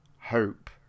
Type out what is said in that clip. hope